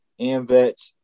Amvet